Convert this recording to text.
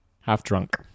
Half-drunk